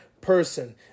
person